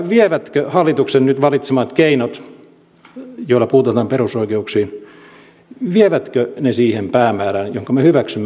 vievätkö hallituksen nyt valitsemat keinot joilla puututaan perusoikeuksiin siihen päämäärään jonka me hyväksymme